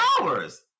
hours